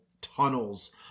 tunnels